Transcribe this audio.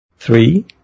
Three